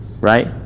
right